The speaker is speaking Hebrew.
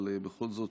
אבל בכל זאת,